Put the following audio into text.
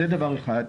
זה דבר אחד.